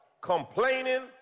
complaining